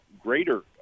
greater